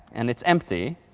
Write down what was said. and it's empty.